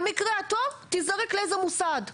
במקרה הטוב תיזרק לאיזה מוסד.